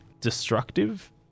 destructive